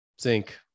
zinc